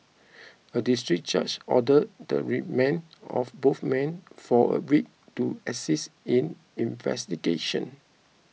a District Judge ordered the remand of both men for a week to assist in investigation